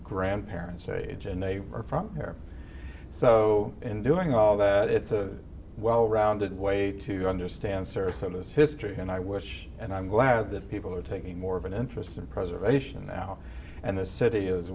grandparents age and they are from there so in doing all that it's a well rounded way to understand sarasota this history and i wish and i'm glad that people are taking more of an interest in preservation now and the city is